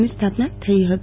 એફની સ્થાપના થઈ હતી